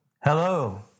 Hello